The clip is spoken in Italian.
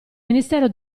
ministero